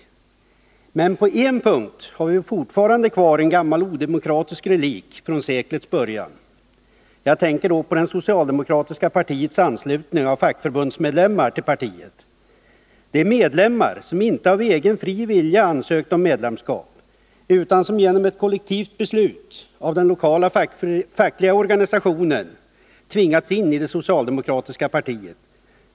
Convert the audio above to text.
Men på en punkt har vi fortfarande kvar en gammal odemokratisk relikt från seklets början. Jag tänker då på det socialdemokratiska partiets anslutning av fackförbundsmedlemmar till partiet — medlemmar som inte av egen fri vilja ansökt om medlemskap utan som genom ett kollektivt beslut av den lokala fackliga organisationen tvingats in i det socialdemokratiska partiet.